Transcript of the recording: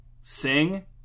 Sing